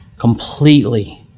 Completely